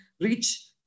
reach